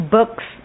Books